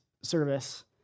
service